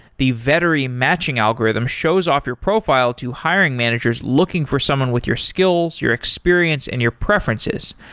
the vettery matching algorithm shows off your profile to hiring managers looking for someone with your skills, your experience and your preferences,